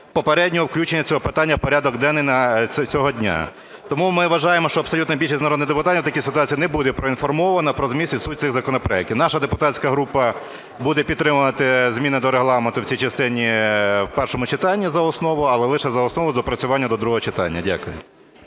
попереднього включення цього питання в порядок денний цього дня. Тому ми вважаємо, що абсолютна більшість народних депутатів в такій ситуації не буде поінформована про зміст і суть цих законопроектів. Наша депутатська група буде підтримувати зміни до Регламенту в цій частині, в першому читанні за основу. Але лише за основу з доопрацюванням до другого читання. Дякую.